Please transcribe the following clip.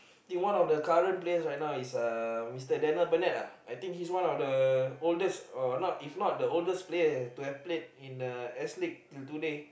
think one of the current players right now is uh Mister Daniel-Bennett ah I think he is one of the oldest or not if not the oldest players to have played in a athletics till today